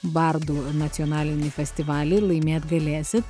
bardų nacionalinį festivalį laimėt galėsit